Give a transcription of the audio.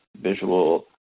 visual